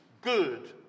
good